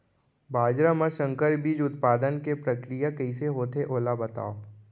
बाजरा मा संकर बीज उत्पादन के प्रक्रिया कइसे होथे ओला बताव?